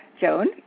Joan